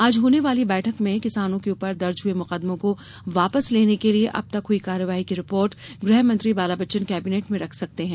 आज होने वाली बैठक में किसानों के ऊपर दर्ज हुए मुकदमों को वापस लेने के लिए अब तक हुई कार्रवाई की रिपोर्ट गृह मंत्री बाला बच्चन कैबिनेट में रख सकते हैं